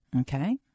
Okay